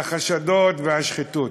והחשדות והשחיתות.